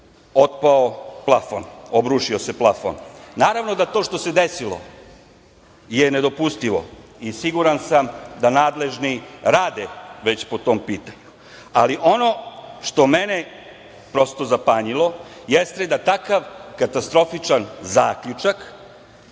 otpao plafon, obrušio se plafon. Naravno da to što se desilo je nedopustivo i siguran sam da nadležni rade već po tom pitanju, ali ono što mene prosto zapanjilo jeste da takav katastrofičan zaključak